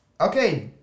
okay